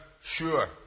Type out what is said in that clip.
sure